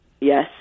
Yes